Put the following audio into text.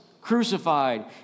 crucified